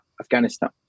Afghanistan